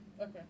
Okay